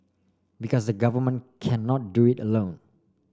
because government cannot do it alone